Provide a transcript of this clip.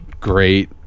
great